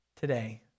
today